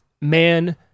man